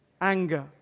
anger